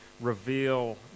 reveal